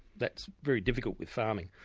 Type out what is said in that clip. that's very difficult with farming,